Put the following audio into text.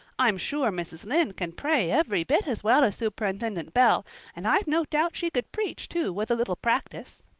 i'm sure mrs. lynde can pray every bit as well as superintendent bell and i've no doubt she could preach too with a little practice.